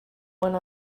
one